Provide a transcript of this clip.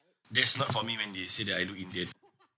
uh that's not for me when they say that I look indian